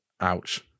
ouch